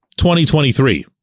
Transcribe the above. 2023